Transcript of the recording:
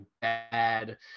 bad